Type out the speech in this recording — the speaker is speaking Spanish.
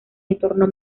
entorno